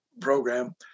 program